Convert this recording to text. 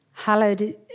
hallowed